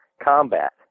combat